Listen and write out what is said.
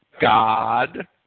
God